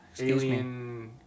alien